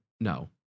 no